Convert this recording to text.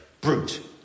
brute